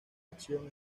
acción